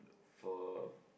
for